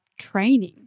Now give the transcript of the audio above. training